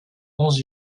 onze